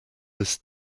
this